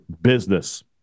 business